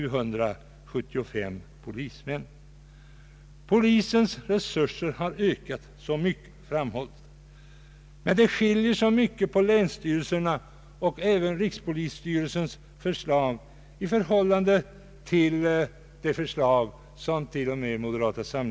Det framhålls att Anslag till polisväsendet, m.m. polisens resurser ökat i mycket stor utsträckning. Men departementschefens förslag skiljer sig i mycket hög grad från länsstyrelsernas förslag, rikspolisstyrelsens förslag och t.o.m. det förslag moderata samlingspartiet lägger fram.